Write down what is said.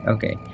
Okay